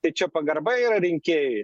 tai čia pagarba yra rinkėjui